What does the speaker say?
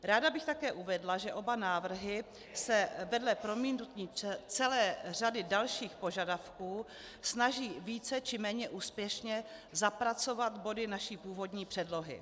Ráda bych také uvedla, že oba návrhy se vedle promítnutí celé řady dalších požadavků snaží více či méně úspěšně zapracovat body naší původní předlohy.